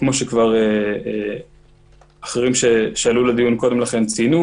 כמו שגם אחרים שעלו לדיון קודם לכן ציינו,